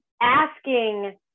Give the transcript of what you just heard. asking